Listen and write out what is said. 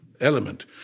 element